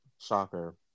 Shocker